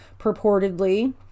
purportedly